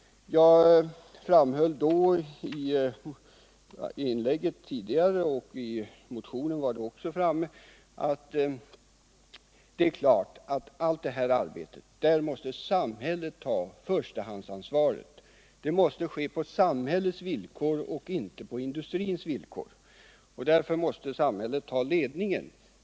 Jag framhöll i inlägg tidigare — och det var också medtaget i vår motion —att det är självklart att samhället måste ta förstahandsansvaret för det här arbetet. Det måste ske på samhällets villkor och inte på industrins, och därför måste samhället ta ledningen.